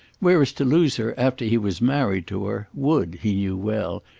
whereas to lose her after he was married to her, would, he knew well,